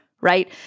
right